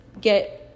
get